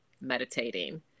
meditating